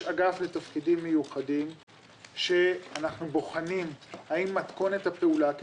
יש אגף לתפקידים מיוחדים שאנחנו בוחנים האם מתכונת הפעולה - כי